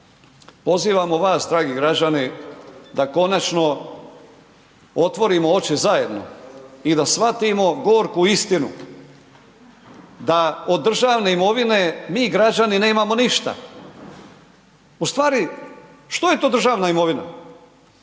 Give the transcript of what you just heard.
pozivamo vas dragi građani da konačno otvorimo oči zajedno i da shvatimo gorku istinu da od državne imovine mi građani nemamo ništa. U stvari što je to državna imovina,